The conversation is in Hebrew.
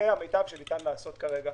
זה המיטב שניתן לעשות כרגע.